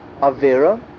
Avera